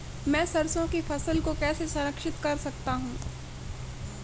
मैं सरसों की फसल को कैसे संरक्षित कर सकता हूँ?